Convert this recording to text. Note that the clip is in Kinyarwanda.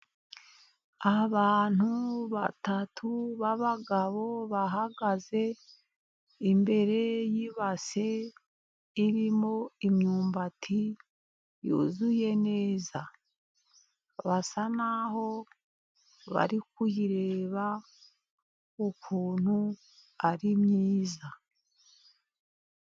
Abantu batatu b'abagabo bahagaze imbere y'ibase, irimo imyumbati yuzuye neza. Basa naho bari kuyireba ukuntu ari myiza.